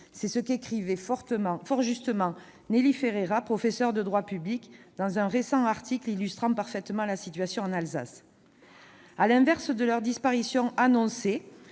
Ainsi s'exprimait fort justement Nelly Ferreira, professeure de droit public, dans un récent article illustrant parfaitement la situation en Alsace. À l'inverse de leur disparition est créé